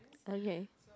okay